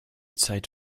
zeit